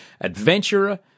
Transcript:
adventurer